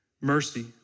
Mercy